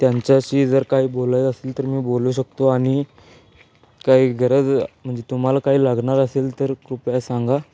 त्यांच्याशी जर काही बोलायचं असेल तर मी बोलू शकतो आणि काही गरज म्हणजे तुम्हाला काही लागणार असेल तर कृपया सांगा